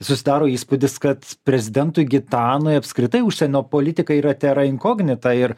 susidaro įspūdis kad prezidentui gitanui apskritai užsienio politika yra tėra inkognita ir